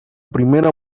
primera